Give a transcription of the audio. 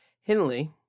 Henley